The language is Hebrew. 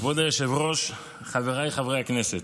כבוד היושב-ראש, חבריי חברי הכנסת,